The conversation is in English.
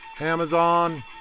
Amazon